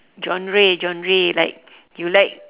genre genre like you like